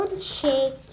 shake